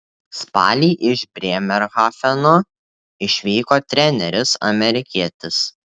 spalį iš brėmerhafeno išvyko treneris amerikietis